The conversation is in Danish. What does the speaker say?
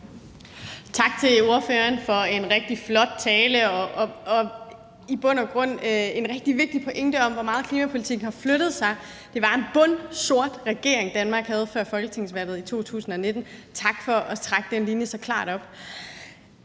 Tak til ordføreren for en rigtig flot tale og i bund og grund en rigtig vigtig pointe om, hvor meget klimapolitikken har flyttet sig. Det var en bundsort regering, Danmark havde før folketingsvalget 2019. Tak for at trække den linje så klart op.